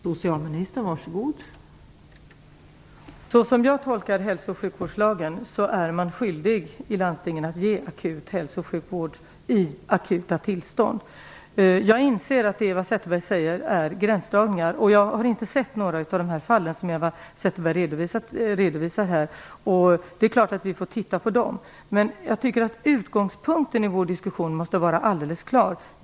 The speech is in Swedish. Fru talman! Så som jag tolkar sjuk och hälsovårdslagen är man i landstingen skyldig att ge akut hälso och sjukvård vid akuta tillstånd. Jag inser att det som Eva Zetterberg berättar om är gränsdragningsfall. Men jag har inte varit i kontakt med de fall som Eva Zetterberg här redovisar. Det är klart att vi får titta på dessa fall. Men utgångspunkten för vår diskussion måste vara alldeles klar.